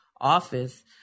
office